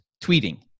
tweeting